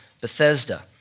Bethesda